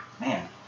Man